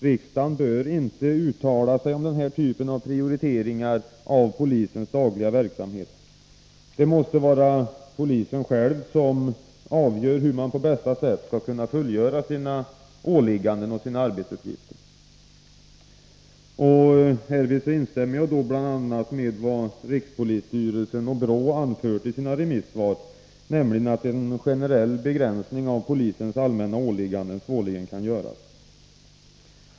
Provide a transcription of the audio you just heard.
Riksdagen bör inte uttala sig om denna typ av prioriteringar av polisens dagliga verksamhet. Det måste vara polisen själv som avgör hur man på bästa sätt skall kunna fullgöra sina åligganden och sina arbetsuppgifter. Härvid instämmer jag bl.a. med vad rikspolisstyrelsen och BRÅ anfört i sina remissvar, nämligen att en generell begränsning av polisens allmänna åligganden svårligen kan göras.